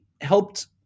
helped